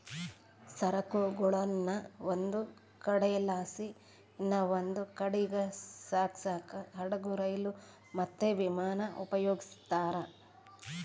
ಸರಕುಗುಳ್ನ ಒಂದು ಕಡೆಲಾಸಿ ಇನವಂದ್ ಕಡೀಗ್ ಸಾಗ್ಸಾಕ ಹಡುಗು, ರೈಲು, ಮತ್ತೆ ವಿಮಾನಾನ ಉಪಯೋಗಿಸ್ತಾರ